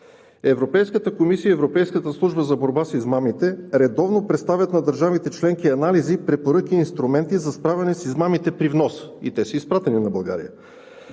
„Европейската комисия и Европейската служба за борба с измамите редовно представят на държавите членки анализи, препоръки и инструменти за справяне с измамите при вноса – и са изпратени на България.